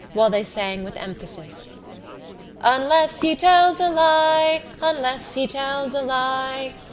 while they sang with emphasis unless he tells a lie, unless he tells a lie.